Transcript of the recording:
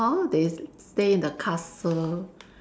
how they stay in the castle